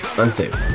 unstable